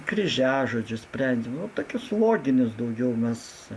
kryžiažodžius sprendėm nu tokius loginius daugiau mes